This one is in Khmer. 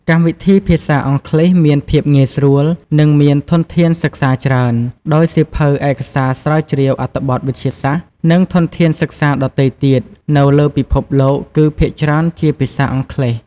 កម្មវិធីភាសាអង់គ្លេសមានភាពងាយស្រួលនិង មានធនធានសិក្សាច្រើន ដោយសៀវភៅ ឯកសារស្រាវជ្រាវ អត្ថបទវិទ្យាសាស្ត្រ និងធនធានសិក្សាដទៃទៀតនៅលើពិភពលោកគឺភាគច្រើនជាភាសាអង់គ្លេស។